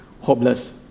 hopeless